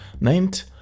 named